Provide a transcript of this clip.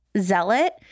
zealot